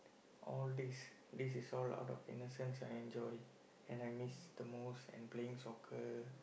all this this is all out of innocence I enjoy and I miss the most and playing soccer